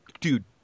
dude